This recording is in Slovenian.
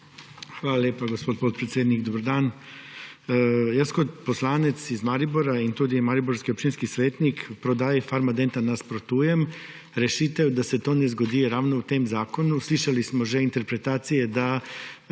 Hvala lepa, gospod podpredsednik. Dober dan! Kot poslanec iz Maribora in tudi mariborski občinski svetnik prodaji Farmadenta nasprotujem. Rešitev, da se to ne zgodi, je ravno v tem zakonu. Slišali smo že interpretacije, da